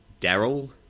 Daryl